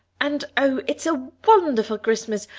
and oh, it's a wonderful christmas.